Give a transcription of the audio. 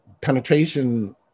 penetration